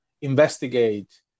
investigate